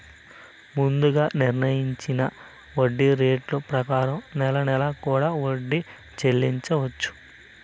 ముందుగా నిర్ణయించిన వడ్డీ రేట్ల ప్రకారం నెల నెలా కూడా వడ్డీ చెల్లించవచ్చు